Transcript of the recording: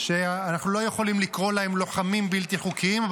שאנחנו לא יכולים לקרוא להם "לוחמים בלתי חוקיים".